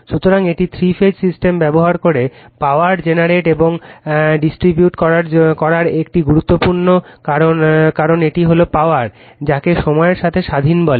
সুতরাং এটি three phase system ব্যবহার করে পাওয়ার জেনারেট এবং ডিস্ট্রিবিউট করার একটি গুরুত্বপূর্ণ কারণ কারণ এটি হল পাওয়ার রেফার টাইম 1116 যাকে সময়ের থেকে স্বাধীন বলে